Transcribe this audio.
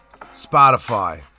Spotify